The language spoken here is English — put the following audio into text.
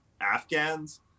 Afghans